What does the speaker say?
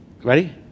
Ready